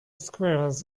squirrels